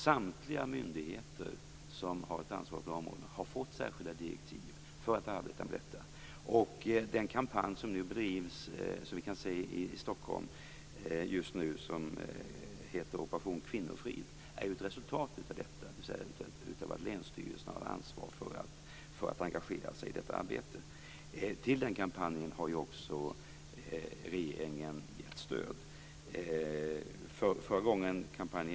Samtliga myndigheter som har ett ansvar på det här området har fått särskilda direktiv för att arbeta med detta. Den kampanj som bedrivs i Stockholm just nu, Operation Kvinnofrid, är ju ett resultat av detta. Länsstyrelsen har ett ansvar och har engagerat sig i detta arbete. Regeringen har ju också gett stöd till den kampanjen.